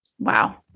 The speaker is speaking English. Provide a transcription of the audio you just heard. Wow